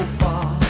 far